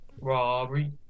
Robbery